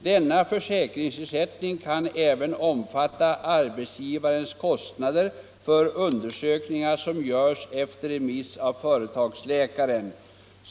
Denna försäkringsersättning kan även omfatta arbetsgivarens kostnader för undersökningar som görs efter remiss av företagsläkaren.